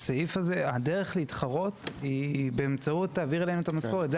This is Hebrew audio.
הדרך להתחרות היא באמצעות תעביר אלינו את המשכורת.